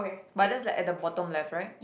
but that's like at the bottom left right